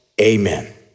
Amen